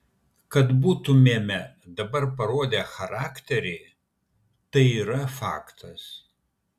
kad būtumėme dabar parodę charakterį tai yra faktas